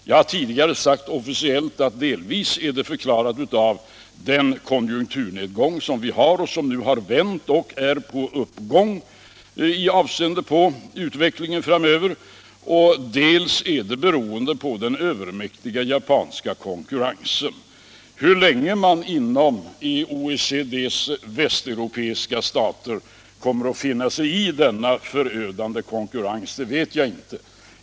Jag har tidigare sagt officiellt att det beror dels på den konjunkturnedgång som vi har och som nu har vänt — konjunkturen är nu på uppgång —, dels på den övermäktiga japanska konkurrensen. Hur länge man inom OECD:s västeuropeiska stater kommer att finna sig i denna förödande konkurrens vet jag inte.